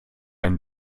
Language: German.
ein